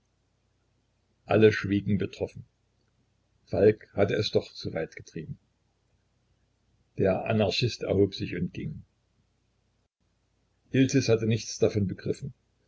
alle schwiegen betroffen falk hatte es doch zu weit getrieben der anarchist erhob sich und ging iltis hatte nichts davon begriffen